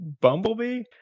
Bumblebee